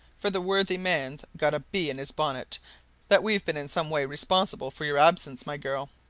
for the worthy man's got a bee in his bonnet that we've been in some way responsible for your absence, my girl.